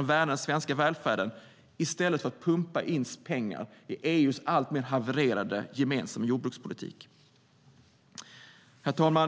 och värna den svenska välfärden i stället för att pumpa in pengar i EU:s alltmer havererade gemensamma jordbrukspolitik. Herr talman!